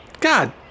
God